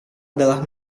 adalah